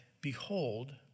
behold